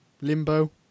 limbo